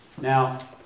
Now